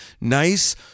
Nice